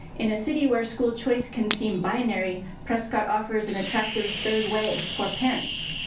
in a city where school choice can seem binary, prescott offers an attractive third way for parents.